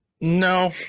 no